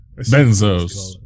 benzos